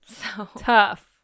tough